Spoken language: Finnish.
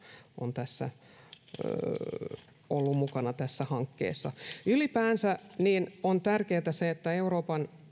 on ollut mukana tässä hankkeessa ylipäänsä on tärkeätä se että euroopan